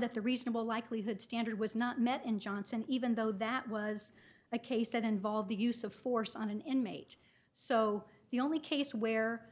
that the reasonable likelihood standard was not met in johnson even though that was a case that involved the use of force on an inmate so the only case where